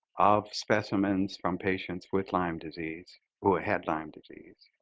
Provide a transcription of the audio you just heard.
of specimens from patients with lyme disease who had lyme disease